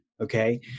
okay